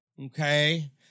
okay